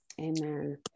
Amen